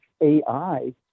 AI